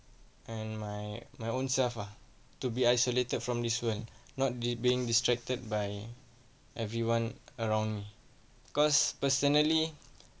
and my my own self ah to be isolated from this world not being distracted by everyone around me cause personally